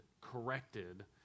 corrected